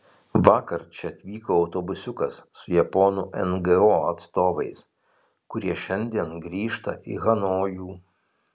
vakar čia atvyko autobusiukas su japonų ngo atstovais kurie šiandien grįžta į hanojų